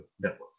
Network